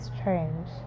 strange